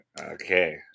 Okay